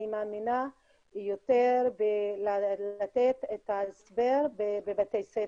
אני מאמינה יותר בלתת את ההסבר בבתי ספר,